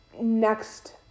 next